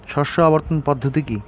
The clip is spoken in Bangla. শস্য আবর্তন পদ্ধতি কি?